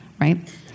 right